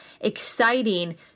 exciting